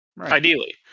ideally